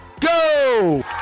go